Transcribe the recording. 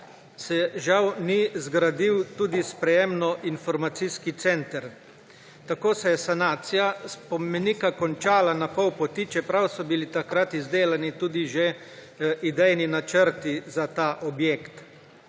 se žal ni zgradil tudi sprejemno-informacijski center. Tako se je sanacija spomenika končala na pol poti, čeprav so bili takrat izdelani tudi že idejni načrti za ta objekt.